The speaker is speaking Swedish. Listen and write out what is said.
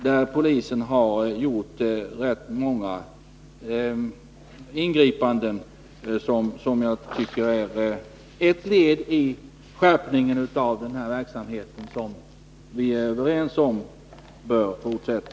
Där har polisen gjort rätt många ingripanden. Jag tycker detta är ett led i den skärpning av verksamheten som vi är överens om bör fortsätta.